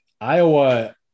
Iowa –